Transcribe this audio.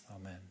Amen